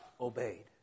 obeyed